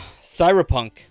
Cyberpunk